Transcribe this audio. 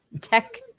tech